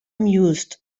mused